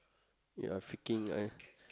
they are freaking !aiyah!